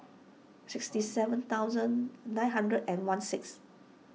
sixty seven thousand nine hundred and one six